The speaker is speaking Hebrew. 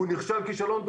הוא נכשל כישלון.